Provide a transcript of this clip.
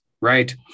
right